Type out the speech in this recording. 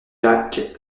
lac